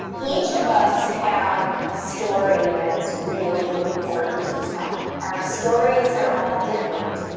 each of us have a story that is really important to tell. our stories are all different,